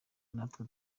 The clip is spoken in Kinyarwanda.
natwe